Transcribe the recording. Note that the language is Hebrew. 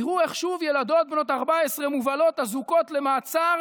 תראו איך שוב ילדות בנות 14 מובלות אזוקות למעצר